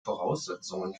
voraussetzungen